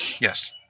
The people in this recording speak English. Yes